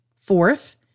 Fourth